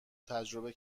تجربه